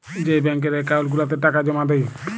যেই ব্যাংকের একাউল্ট গুলাতে টাকা জমা দেই